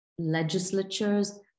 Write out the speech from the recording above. legislatures